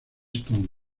stone